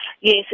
Yes